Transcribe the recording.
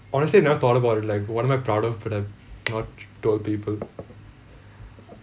honestly never thought about it like what am I proud of but have not told people